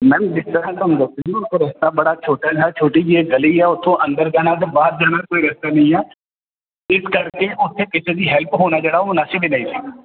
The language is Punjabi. ਮੈਮ ਜਿਸ ਤਰ੍ਹਾਂ ਤੁਹਾਨੂੰ ਦੱਸ ਰਹੇ ਸੀ ਨਾ ਕਿ ਰਸਤਾ ਬੜਾ ਛੋਟਾ ਜਿਹਾ ਛੋਟੀ ਜਿਹੀ ਗਲੀ ਆ ਉੱਥੋਂ ਅੰਦਰ ਜਾਣਾ ਅਤੇ ਬਾਹਰ ਜਾਣ ਦਾ ਕੋਈ ਰਸਤਾ ਨਹੀਂ ਆ ਇਸ ਕਰਕੇ ਉੱਥੇ ਕਿਸੇ ਦੀ ਹੈਲਪ ਹੋਣਾ ਜਿਹੜਾ ਉਹ ਮੁਨਾਸਬ ਹੀ ਨਹੀਂ ਸੀ